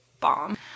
bomb